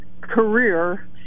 career